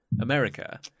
America